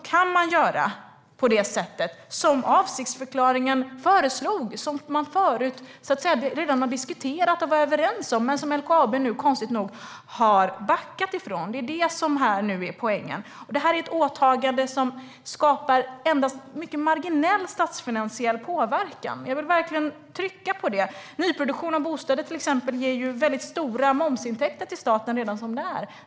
Då kan man göra på det sätt som föreslogs i avsiktsförklaringen, som man redan har diskuterat och varit överens om men som LKAB nu konstigt nog har backat ifrån. Det är det som är poängen. Det är ett åtagande som endast skapar mycket marginell statsfinansiell påverkan. Jag vill verkligen trycka på det. Nyproduktion av bostäder ger till exempel redan stora momsintäkter till staten.